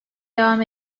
devam